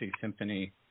symphony